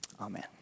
Amen